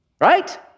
Right